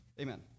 amen